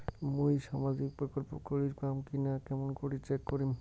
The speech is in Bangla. মুই সামাজিক প্রকল্প করির পাম কিনা কেমন করি চেক করিম?